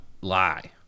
lie